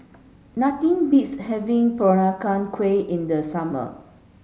nothing beats having Peranakan Kueh in the summer